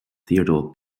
theodore